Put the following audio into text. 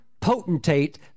potentate